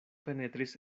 penetris